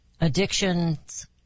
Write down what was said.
Addictions